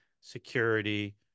security